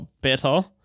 better